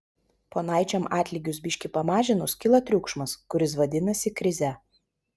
ponaičiam atlygius biški pamažinus kyla triukšmas kuris vadinasi krize